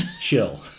chill